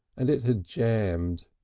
and it had jammed.